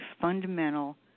fundamental